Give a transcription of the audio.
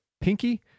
pinky